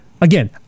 again